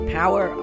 power